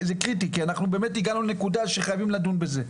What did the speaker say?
כי אנחנו באמת הגענו לנקודה שחייבים לדון בזה.